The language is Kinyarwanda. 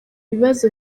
bibazo